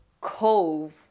cove